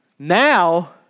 Now